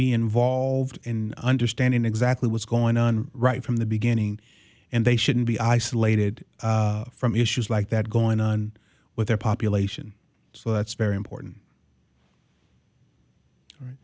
be involved in understanding exactly what's going on right from the beginning and they shouldn't be isolated from issues like that going on with their population so that's very important right